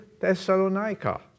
Thessalonica